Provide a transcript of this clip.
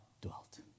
dwelt